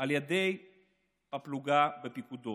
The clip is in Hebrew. על ידי הפלוגה בפיקודו.